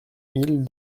mille